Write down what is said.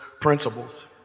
principles